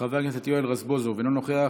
חבר הכנסת יואל רזבוזוב, אינו נוכח,